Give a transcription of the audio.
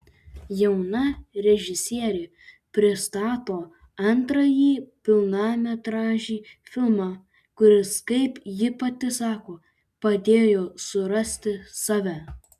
jauna režisierė pristato antrąjį pilnametražį filmą kuris kaip ji pati sako padėjo surasti save